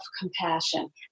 compassion